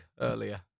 earlier